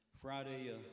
Friday